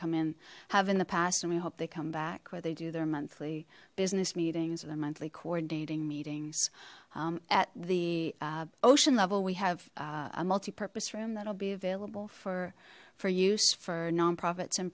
come in have in the past and we hope they come back where they do their monthly business meetings or their monthly coordinating meetings at the ocean level we have a multi purpose room that'll be available for for use for nonprofit